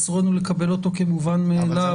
אסור לנו לקבל אותו כמובן מאליו.